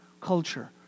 culture